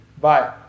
Bye